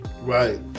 Right